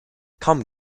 come